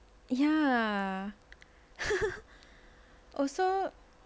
ya oh so